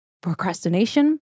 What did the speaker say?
procrastination